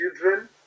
children